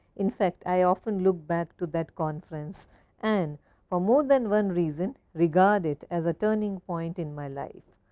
in fact, i often look back to that conference and for more than one reason regard it as a turning point in my life.